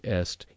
est